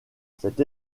cette